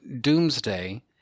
Doomsday